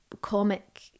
Comic